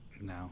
No